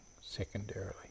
secondarily